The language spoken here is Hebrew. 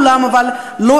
אבל לעולם,